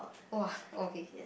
!wah! okay